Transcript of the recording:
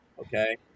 Okay